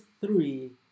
three